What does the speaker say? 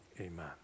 amen